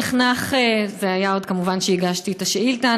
זה היה כמובן כשהגשתי את השאילתה,